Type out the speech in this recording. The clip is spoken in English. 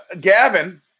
Gavin